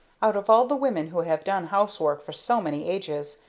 out of all the women who have done housework for so many ages,